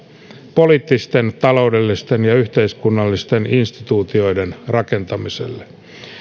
poliittisten taloudellisten ja yhteiskunnallisten instituutioiden rakentamiselle